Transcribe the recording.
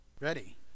ready